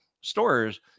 stores